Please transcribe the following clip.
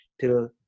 till